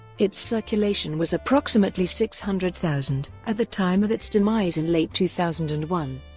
its circulation was approximately six hundred thousand ah the time of its demise in late two thousand and one.